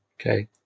Okay